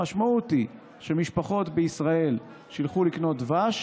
המשמעות היא שמשפחות בישראל שילכו לקנות דבש,